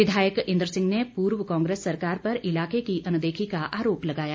विधायक इन्द्र सिंह ने पूर्व कांग्रेस सरकार पर इलाके की अनदेखी का आरोप लगाया